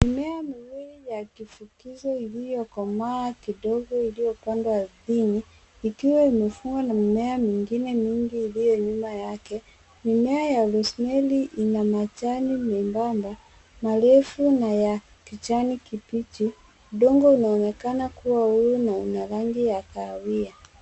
Mimea miwili ya kivukizo iliyokomaa kidogo iliyopandwa ardhini ikiwa imefungwa na mimea mingine mingi iliyo nyuma yake. Mimea ya rosemary ina majani membamba, marefu na ya kijani kibichi. Udongo unaonekana kuwa wiwu na una rangi ya kahawia.